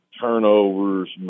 turnovers